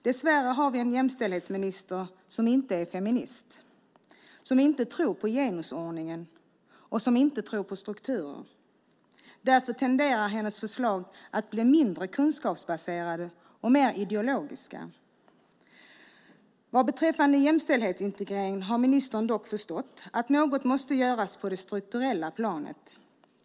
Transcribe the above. Dessvärre har vi en jämställdhetsminister som inte är feminist, som inte tror på genusordningen och som inte tror på strukturer. Därför tenderar hennes förslag att bli mindre kunskapsbaserade och mer ideologiska. Vad beträffar jämställdhetsintegreringen har ministern dock förstått att något måste göras på det strukturella planet.